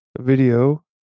video